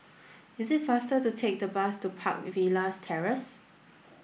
it is faster to take the bus to Park Villas Terrace